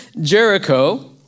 Jericho